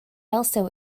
also